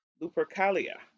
Lupercalia